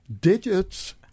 digits